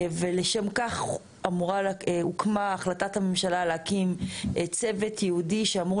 לשם כך התקבלה החלטת ממשלה להקים צוות ייעודי שאמור